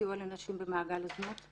סיוע לנשים במעגל הזנות.